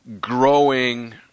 growing